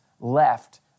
left